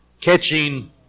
catching